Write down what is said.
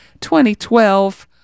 2012